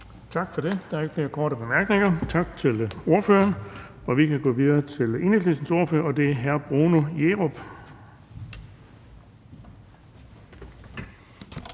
Tak for det. Der er ikke flere korte bemærkninger. Tak til ordføreren. Vi kan gå videre til Enhedslistens ordfører, og det er hr. Bruno Jerup.